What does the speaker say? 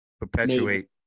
perpetuate